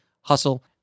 HUSTLE